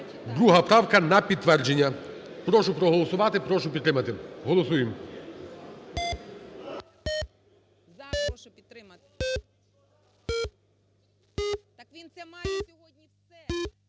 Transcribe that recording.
2 правка на підтвердження. Прошу проголосувати. Прошу підтримати. Голосуємо.